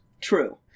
True